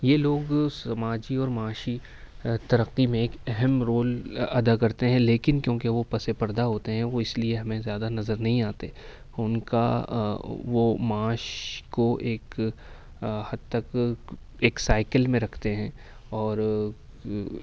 یہ لوگ بھی اس سماجی اور معاشی ترقی میں ایک اہم رول ادا کرتے ہیں لیکن کیونکہ وہ پس پردہ ہوتے ہیں وہ اس لیے ہمیں زیادہ نظر نہیں آتے ان کا وہ معاش کو ایک حد تک ایک سائیکل میں رکھتے ہیں اور